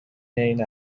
این